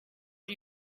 are